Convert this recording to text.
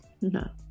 no